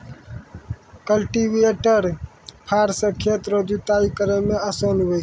cultivator फार से खेत रो जुताइ करै मे आसान हुवै छै